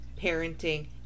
parenting